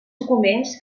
documents